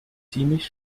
ziemlich